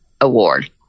award